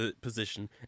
position